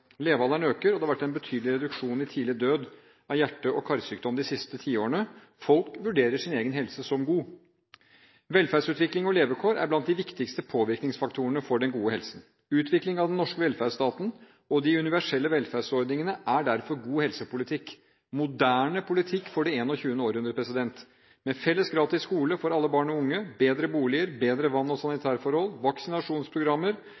Levealderen øker, og det har vært en betydelig reduksjon i tidlig død av hjerte- og karsykdom de siste tiårene. Folk vurderer sin egen helse som god. Velferdsutvikling og levekår er blant de viktigste påvirkningsfaktorene for den gode helsen. Utviklingen av den norske velferdsstaten og de universelle velferdsordningene er derfor god helsepolitikk – moderne politikk for det 21. århundre – med felles gratis skole for alle barn og unge, bedre boliger, bedre vann- og